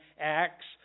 Acts